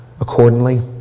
accordingly